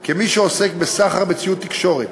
כי מי שעוסק בסחר בציוד תקשורת